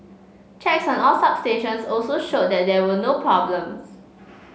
checks on all substations also showed that there were no problems